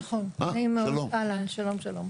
שלום.